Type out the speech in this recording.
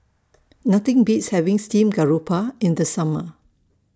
Nothing Beats having Steamed Garoupa in The Summer